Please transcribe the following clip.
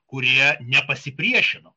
kurie nepasipriešino